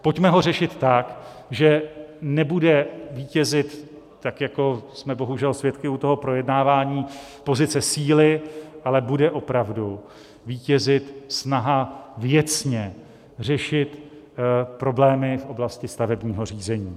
Pojďme ho řešit tak, že nebude vítězit, tak jako jsme bohužel svědky u toho projednávání, pozice síly, ale bude opravdu vítězit snaha věcně řešit problémy v oblasti stavebního řízení.